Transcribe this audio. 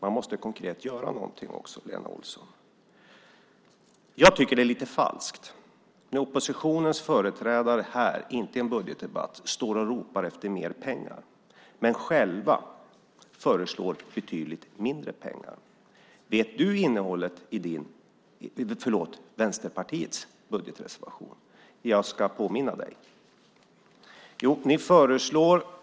Man måste också konkret göra någonting, Lena Olsson. Jag tycker att det är lite falskt när oppositionens företrädare här, inte i en budgetdebatt, står och ropar efter mer pengar och själva föreslår betydligt mindre pengar. Vet du innehållet i Vänsterpartiets budgetreservation? Jag kan påminna dig om det.